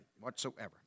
whatsoever